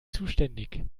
zuständig